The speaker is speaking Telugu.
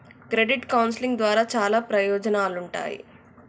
క్రెడిట్ కౌన్సిలింగ్ ద్వారా చాలా ప్రయోజనాలుంటాయి